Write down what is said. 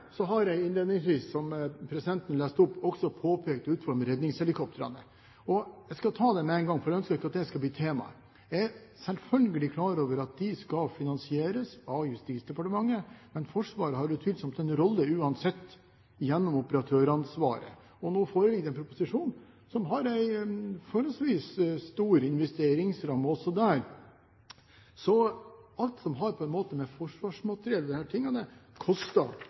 har jeg innledningsvis – som presidenten leste opp – også påpekt utfordringen med redningshelikoptrene. Jeg skal ta det med en gang, for jeg ønsker ikke at det skal bli temaet: Jeg er selvfølgelig klar over at de skal finansieres av Justisdepartementet, men Forsvaret har utvilsomt en rolle uansett gjennom operatøransvaret. Nå foreligger det en proposisjon som har en forholdsvis stor investeringsramme, også der. Så alt som har på en måte med forsvarsmateriell og de tingene